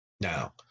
Now